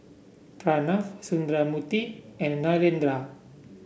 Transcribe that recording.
Pranav Sundramoorthy and Narendra